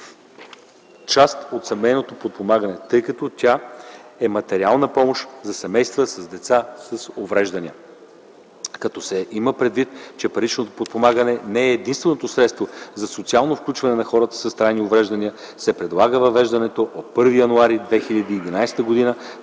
част от семейно подпомагане, тъй като тя е материална помощ за семействата с деца с увреждания. Като се има предвид, че паричното подпомагане не е единственото средство за социално включване на хората с трайни увреждания, се предлага въвеждането от 1 януари 2011 г. на